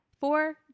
four